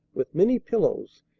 with many pillows,